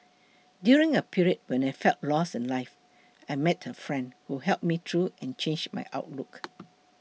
during a period when I felt lost in life I met a friend who helped me and changed my outlook